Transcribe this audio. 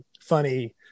funny